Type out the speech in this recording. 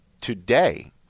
today